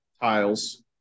tiles